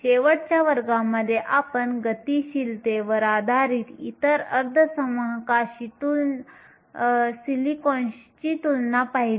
शेवटच्या वर्गामध्ये आपण गतिशीलतेवर आधारित इतर अर्धसंवाहकांशी सिलिकॉनची तुलना पहिली